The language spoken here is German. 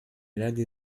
lage